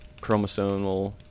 chromosomal